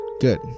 good